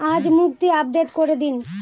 আজ মুক্তি আপডেট করে দিন